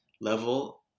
level